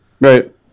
Right